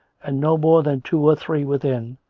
and not more than two or three within,